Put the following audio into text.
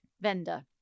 vendor